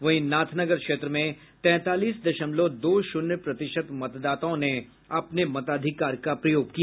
वहीं नाथनगर क्षेत्र में तैंतालीस दशमलव दो शून्य प्रतिशत मतदाताओं ने अपने मताधिकार का प्रयोग किया